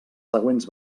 següents